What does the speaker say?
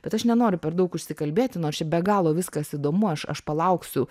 bet aš nenoriu per daug užsikalbėti nors čia be galo viskas įdomu aš aš palauksiu